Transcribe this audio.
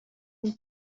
اون